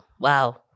Wow